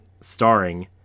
Starring